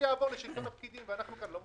יעבור לשלטון הפקידים ואנחנו כאן לא מוכנים.